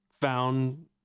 found